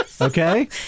Okay